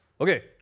Okay